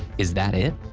is that it?